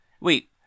Wait